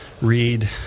read